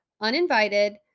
uninvited